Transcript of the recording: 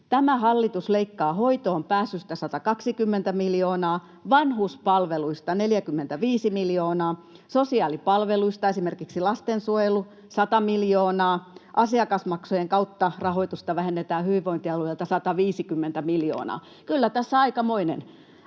tämä hallitus leikkaa hoitoonpääsystä 120 miljoonaa, vanhuspalveluista 45 miljoonaa ja sosiaalipalveluista, esimerkiksi lastensuojelusta, 100 miljoonaa ja asiakasmaksujen kautta rahoitusta vähennetään hyvinvointialueilta 150 miljoonaa. Kyllä tässä aikamoinen